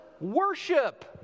worship